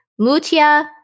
Mutia